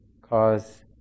cause